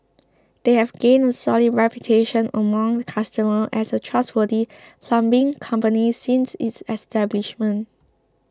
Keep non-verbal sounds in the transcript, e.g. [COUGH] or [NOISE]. [NOISE] they have gained a solid reputation among customers as a trustworthy plumbing company since its establishment